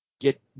Get